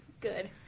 good